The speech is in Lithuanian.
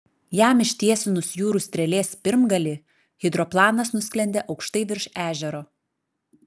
jam ištiesinus jūrų strėlės pirmgalį hidroplanas nusklendė aukštai virš ežero